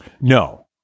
No